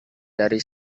dari